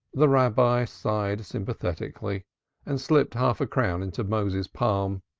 the rabbi sighed sympathetically and slipped half-a-crown into moses's palm.